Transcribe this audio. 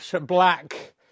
black